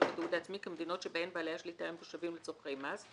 בתיעוד העצמי כמדינות שבהן בעלי השליטה הם תושבים לצרכי מס,